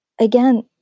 Again